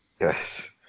yes